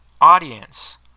Audience